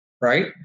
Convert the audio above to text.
right